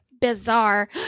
bizarre